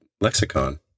lexicon